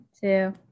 two